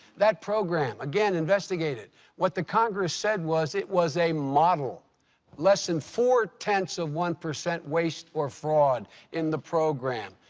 that program again, investigated what the congress said was, it was a model less than four-tenths of one percent waste or fraud in the program.